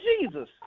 Jesus